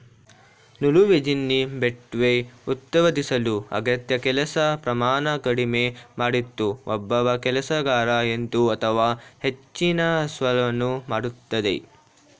ನೂಲುವಜೆನ್ನಿ ಬಟ್ಟೆ ಉತ್ಪಾದಿಸಲು ಅಗತ್ಯ ಕೆಲಸ ಪ್ರಮಾಣ ಕಡಿಮೆ ಮಾಡಿತು ಒಬ್ಬ ಕೆಲಸಗಾರ ಎಂಟು ಅಥವಾ ಹೆಚ್ಚಿನ ಸ್ಪೂಲನ್ನು ಮಾಡ್ತದೆ